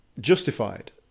justified